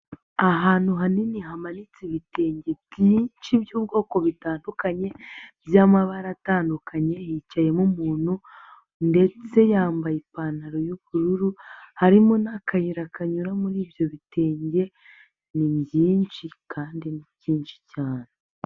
Ahantu hanini hamanitse ibitenge byinshi by'ubwoko bitandukanye by'amabara atandukanye hicayemo umuntu ndetse yambaye ipantaro y'ubururu harimo n'akayira kanyura muri ibyo bitenge ni byinshi kandi ni byinshi cyane.